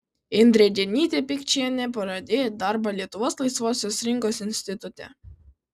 indrė genytė pikčienė pradėjo darbą lietuvos laisvosios rinkos institute